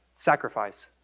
Sacrifice